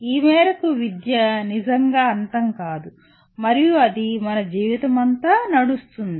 ఈ మేరకు విద్య నిజంగా అంతం కాదు మరియు అది మన జీవితమంతా నడుస్తుంది